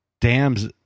dams